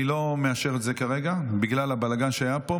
אני לא מאשר את זה כרגע בגלל הבלגן שהיה פה.